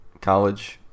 college